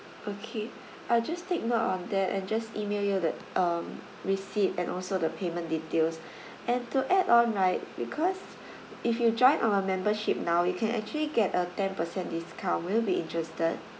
okay I'll just take note on that and just email you the um receipt and also the payment details and to add on right because if you join our membership now you can actually get a ten percent discount will you be interested